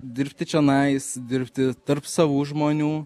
dirbti čionais dirbti tarp savų žmonių